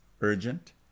urgent